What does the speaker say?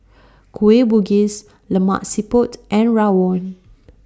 Kueh Bugis Lemak Siput and Rawon